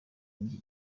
n’iki